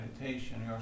meditation